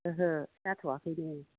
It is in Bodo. ओहो जाथ'वाखैनो